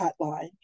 Hotline